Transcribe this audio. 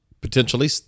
Potentially